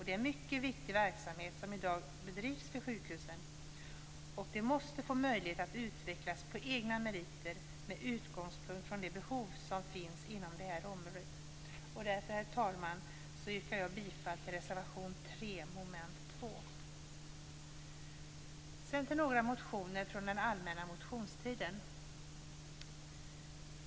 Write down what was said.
Det är en mycket viktig verksamhet som i dag bedrivs vid sjukhusen, och den måste få möjlighet att utvecklas på egna meriter och med utgångspunkt från de behov som finns inom dessa områden. Därför, herr talman, yrkar jag bifall till reservation 3 under mom. 2. Sedan till några motioner från den allmänna motionstiden.